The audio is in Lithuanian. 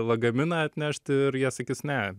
lagaminą atnešti ir jie sakys ne